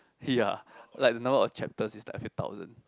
ya like the number of chapters is like a few thousand